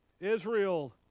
Israel